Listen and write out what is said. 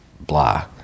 blah